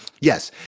yes